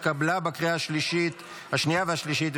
התקבלה בקריאה השנייה והשלישית,